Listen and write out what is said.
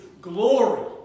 glory